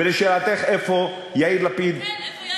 ולשאלתך, איפה יאיר לפיד, כן, איפה יאיר לפיד?